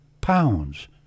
pounds